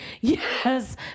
Yes